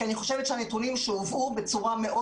כי אני חושבת שהנתונים שהובאו בצורה מאוד